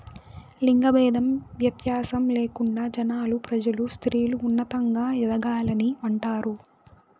లింగ భేదం వ్యత్యాసం లేకుండా జనాలు ప్రజలు స్త్రీలు ఉన్నతంగా ఎదగాలని అంటారు